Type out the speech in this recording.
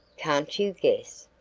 can't you guess?